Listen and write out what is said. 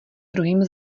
druhým